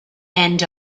end